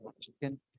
chicken